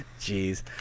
Jeez